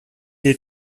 est